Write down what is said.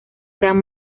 gran